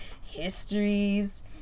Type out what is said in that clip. histories